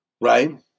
Right